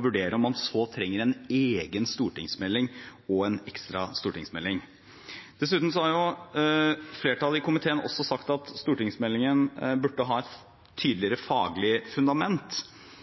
vurdere om man trenger en egen stortingsmelding og en ekstra stortingsmelding. Dessuten har flertallet i komiteen også sagt at stortingsmeldingen burde ha et